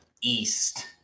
east